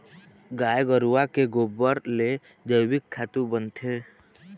गाय गरूवा के गोबर ले जइविक खातू बनथे